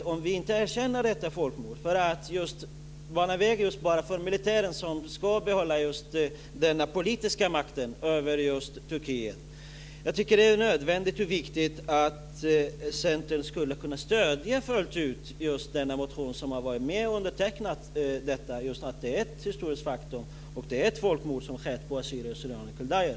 en otjänst om vi inte erkänner detta folkmord? Det banar vägen för att militären ska behålla den politiska makten över Turkiet. Jag tycker att det är nödvändigt och viktigt att Centern stöder denna motion som man varit med och undertecknat och som tar upp att det är ett historiskt faktum att det är ett folkmord som har skett på assyrier/syrianer och kaldéer.